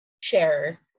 share